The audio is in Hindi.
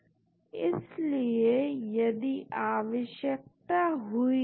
तो यह एक अन्य अप्रोच या तरीका है जो कि स्कैफोल्ड होपिंग कहलाता है